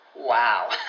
Wow